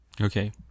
Okay